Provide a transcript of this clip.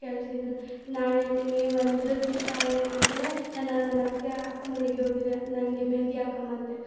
ಕಲ್ಸಿದ್ದು ನಾ ಹೇಳ್ತೀನಿ ಒಂದು ದಿಸ ಏನಾಯಿತು ಅಂದರೆ ನಾನು ನನ್ನಅಕ್ಕ ಅಕ್ಕನ ಮನೆಗೆ ಹೋಗಿದ್ದೆ ನನಗೆ ಮೆಹೆಂದಿ ಹಾಕಮ್ಮ ಅಂತ